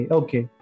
okay